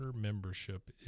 membership